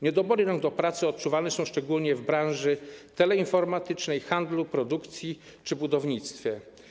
Niedobory rąk do pracy odczuwalne są szczególnie w branży teleinformatycznej, handlu, produkcji czy budownictwie.